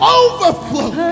overflow